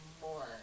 more